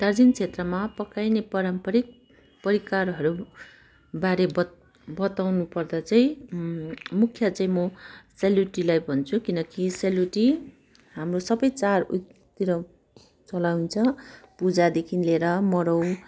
दार्जिलिङ क्षेत्रमा पकाइने पारम्परिक परिकारहरू बारे बत बताउनु पर्दा चाहिँ मुख्य चाहिँ म सेलरोटीलाई भन्छु किनकि सेलरोटी होम्रो सबै चाड उयोतिर चलाउँछ पूजादेखि लिएर मराउ